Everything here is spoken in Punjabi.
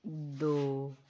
ਦੋ